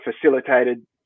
facilitated